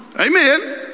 Amen